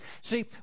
See